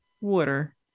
water